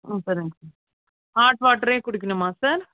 ஆ சரிங்க sir hot வாட்ரே குடிக்கணுமா சார்